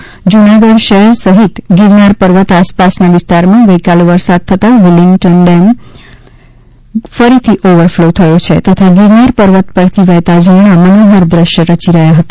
તો જૂનાગઢ શહેર સહિત ગીરનાર પર્વત આસપાસના વિસ્તારમાં ગઇકાલે વરસાદ થતા વિલીંગ્ડન ડેમ ફરીથી ઓવરફલો થયો છે તથા ગીરનાર પર્વત પરથી વહેતા ઝરણાં મનોહર દેશ્ય રચી રહ્યાં છે